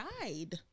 died